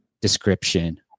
description